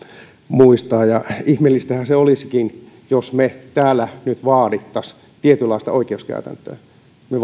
muistaa ihmeellistähän se olisikin jos me täällä nyt vaadittaisiin tietynlaista oikeuskäytäntöä me